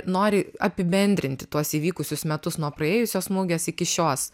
nori apibendrinti tuos įvykusius metus nuo praėjusios mugės iki šios